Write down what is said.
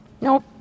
Nope